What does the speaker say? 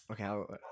okay